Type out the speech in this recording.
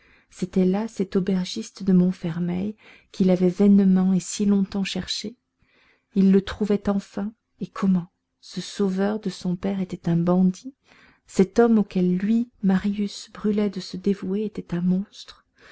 c'était là cet aubergiste de montfermeil qu'il avait vainement et si longtemps cherché il le trouvait enfin et comment ce sauveur de son père était un bandit cet homme auquel lui marius brûlait de se dévouer était un monstre